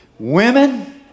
Women